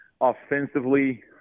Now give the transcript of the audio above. offensively